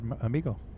amigo